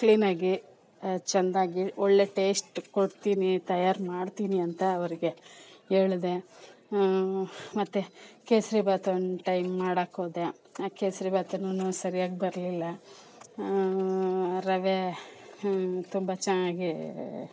ಕ್ಲೀನಾಗಿ ಚೆಂದಾಗಿ ಒಳ್ಳೆ ಟೇಸ್ಟ್ ಕೊಡ್ತೀನಿ ತಯಾರಿ ಮಾಡ್ತೀನಿ ಅಂತ ಅವ್ರಿಗೆ ಹೇಳಿದೆ ಮತ್ತೆ ಕೇಸರಿ ಬಾತ್ ಒನ್ ಟೈಮ್ ಮಾಡೋಕೆ ಹೋದೆ ಆ ಕೇಸರಿ ಬಾತ್ನೂ ಸರಿಯಾಗಿ ಬರಲಿಲ್ಲ ರವೆ ತುಂಬ ಚೆನ್ನಾಗಿ